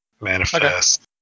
manifest